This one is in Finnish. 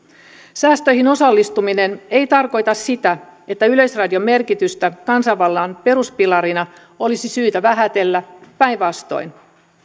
säästöihin osallistuminen ei tarkoita sitä että yleisradion merkitystä kansanvallan peruspilarina olisi syytä vähätellä päinvastoin